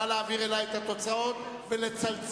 נא להעביר אלי את התוצאות ולצלצל.